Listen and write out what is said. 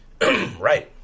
Right